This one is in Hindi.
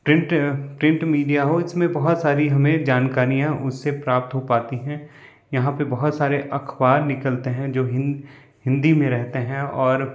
प्रिंट प्रिंट मिडिया हो इसमें बहुत सारी हमें जानकारियाँ उससे प्राप्त हो पाती हैं यहाँ पर बहुत सारे अखबार निकलते हैं जो हिन हिंदी में रहते हैं और